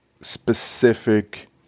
specific